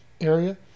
area